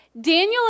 Daniel